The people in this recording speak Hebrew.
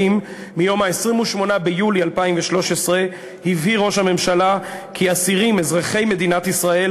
מיום 28 ביולי 2013 הבהיר ראש הממשלה כי אסירים אזרחי מדינת ישראל